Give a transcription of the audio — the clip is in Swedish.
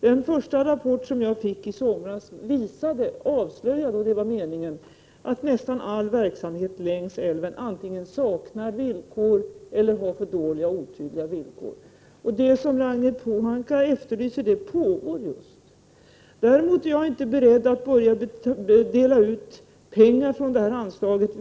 Den första rapporten fick jag i somras, och den avslöjar — vilket också var meningen — att nästan all verksamhet längs älven antingen saknar villkor eller också har för dåliga och otydliga villkor. Det arbete som Ragnhild Pohanka efterlyser pågår just nu. Däremot är jag inte beredd att nu villkorslöst börja dela ut pengar från anslaget.